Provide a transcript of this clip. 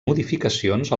modificacions